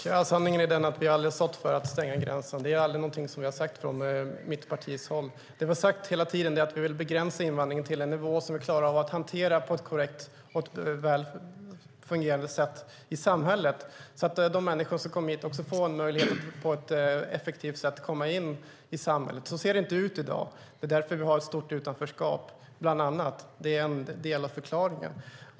Fru talman! Sanningen är den att vi aldrig har stått för att stänga gränserna. Det är aldrig något vi har sagt från mitt parti. Det vi hela tiden har sagt är att vi vill begränsa invandringen till en nivå som vi klarar av att hantera på ett korrekt och välfungerande sätt i samhället, så att de människor som kommer hit också får en möjlighet att på ett effektivt sätt komma in i samhället. Så ser det inte ut i dag. Det är bland annat därför vi har ett stort utanförskap. Det är en del av förklaringen.